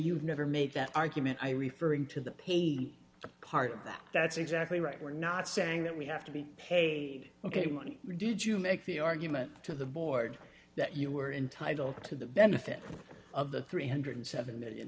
you'd never make that argument i referring to the pay part that that's exactly right we're not saying that we have to be paid ok money did you make the argument to the board that you were entitled to the benefit of the three hundred and seven million